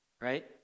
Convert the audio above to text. Right